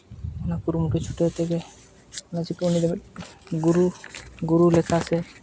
ᱚᱱᱟ ᱠᱩᱨᱩᱢᱩᱴᱩ ᱪᱷᱩᱴᱟᱹᱣ ᱛᱮᱜᱮ ᱚᱱᱟ ᱫᱷᱟᱹᱵᱤᱡ ᱜᱩᱨᱩ ᱜᱩᱨᱩ ᱞᱮᱠᱟ ᱥᱮ